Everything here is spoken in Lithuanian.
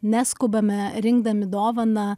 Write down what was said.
neskubame rinkdami dovaną